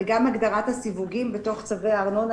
גם הגדרת הסיווגים בתוך צווי הארנונה,